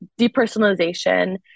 depersonalization